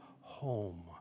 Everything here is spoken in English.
home